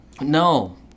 No